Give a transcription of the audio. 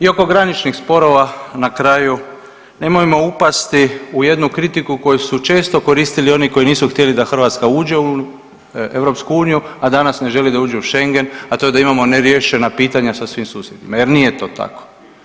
I oko graničnih sporova na kraju nemojmo upasti u jednu kritiku koju su često koristili oni koji nisu htjeli da Hrvatska uđe u EU, a danas ne žele da uđe u Schengen, a to je da imamo neriješena pitanja sa svim susjedima jer nije to tako.